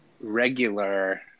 regular